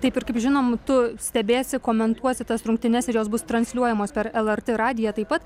taip ir kaip žinom tu stebėsi komentuosi tas rungtynes ir jos bus transliuojamos per lrt radiją taip pat